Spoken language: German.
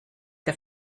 der